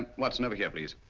um watson, over here please.